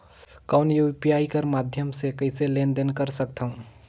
कौन यू.पी.आई कर माध्यम से कइसे लेन देन कर सकथव?